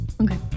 Okay